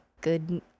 Good